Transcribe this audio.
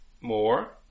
more